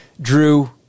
Drew